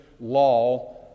law